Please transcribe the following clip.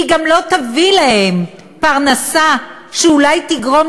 היא גם לא תביא להם פרנסה שאולי תגרום